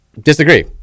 disagree